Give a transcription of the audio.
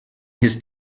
his